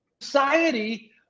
society